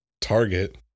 Target